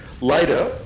Later